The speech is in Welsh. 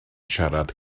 siarad